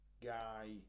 guy